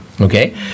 Okay